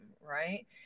right